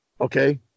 Okay